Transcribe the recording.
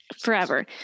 forever